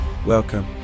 Welcome